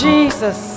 Jesus